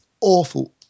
awful